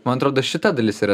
man atrodo šita dalis yra